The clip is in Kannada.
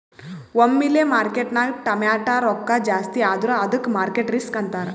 ಒಮ್ಮಿಲೆ ಮಾರ್ಕೆಟ್ನಾಗ್ ಟಮಾಟ್ಯ ರೊಕ್ಕಾ ಜಾಸ್ತಿ ಆದುರ ಅದ್ದುಕ ಮಾರ್ಕೆಟ್ ರಿಸ್ಕ್ ಅಂತಾರ್